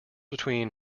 between